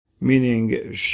Meaning